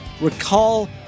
Recall